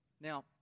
Now